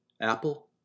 apple